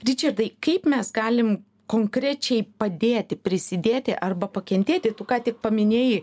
ričardai kaip mes galim konkrečiai padėti prisidėti arba pakentėti tu ką tik paminėjai